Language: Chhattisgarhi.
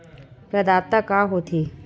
प्रदाता का हो थे?